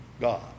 God